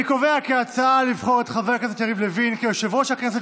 אני קובע כי ההצעה לבחור את חבר הכנסת יריב לוין ליושב-ראש הכנסת